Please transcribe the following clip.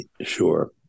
Sure